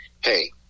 hey